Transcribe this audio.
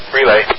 Relay